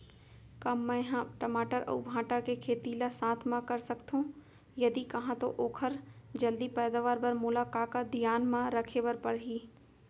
का मै ह टमाटर अऊ भांटा के खेती ला साथ मा कर सकथो, यदि कहाँ तो ओखर जलदी पैदावार बर मोला का का धियान मा रखे बर परही?